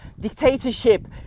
dictatorship